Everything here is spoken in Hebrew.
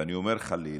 ואני אומר חלילה,